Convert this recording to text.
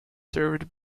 served